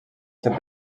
ser